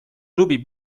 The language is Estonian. klubi